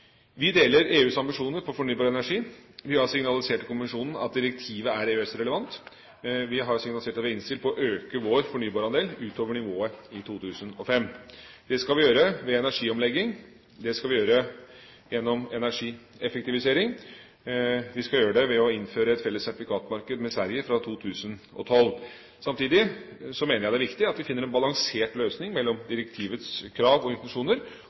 Vi deler EUs ambisjoner på fornybar energi. Vi har signalisert til kommisjonen at direktivet er EØS-relevant. Vi har signalisert at vi er innstilt på å øke vår fornybarandel utover nivået i 2005. Det skal vi gjøre ved energiomlegging. Det skal vi gjøre gjennom energieffektivisering. Vi skal gjøre det ved å innføre et felles sertifikatmarked med Sverige fra 2012. Samtidig mener jeg det er viktig at vi finner en balansert løsning mellom direktivets krav og intensjoner